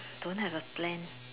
don't have a plan